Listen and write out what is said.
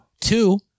two